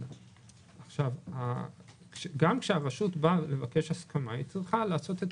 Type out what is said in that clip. גם כשהרשות באה לבקש הסכמה היא צריכה לעשות את